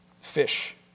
fish